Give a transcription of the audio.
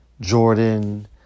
Jordan